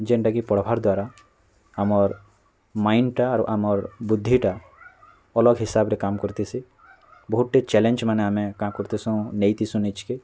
ଯେନ୍ଟାକି ପଢ଼୍ବାର୍ ଦ୍ଵାରା ଆମର୍ ମାଇଣ୍ଡଟାରୁ ଆମର୍ ବୁଦ୍ଧିଟା ଅଲଗ ହିସାବରେ କାମ୍ କରିଥିସି ବହୁଟେ ଚାଲେଞ୍ମାନେ ଆମେ କାଁ କରିଥିସୁ ନେଇଥିସୁ ନିଜ୍କେ